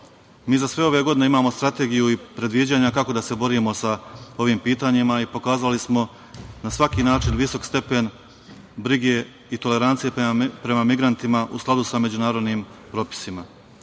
sve ove godine imamo strategiju i predviđanja kako da se borimo sa ovim pitanjima i pokazali smo na svaki način visok stepen brige i tolerancije prema migrantima u skladu sa međunarodnim propisima.